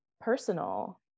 personal